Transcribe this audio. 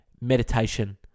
Meditation